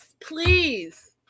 please